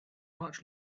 much